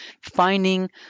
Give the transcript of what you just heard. finding